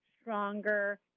stronger